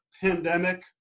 pandemic